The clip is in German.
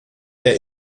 der